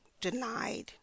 denied